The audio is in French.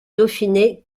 dauphiné